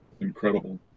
incredible